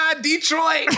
Detroit